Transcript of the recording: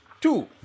Two